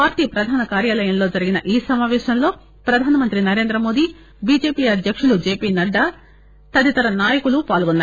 party ప్రధాన కార్యాలయంలో జరిగిన ఈ సమాపేశంలో ప్రధానమంత్రి Narendra Modi B J P అధ్యక్షుడు జెపి నడ్డా తదితర నాయకులు పాల్గొన్నారు